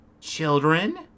children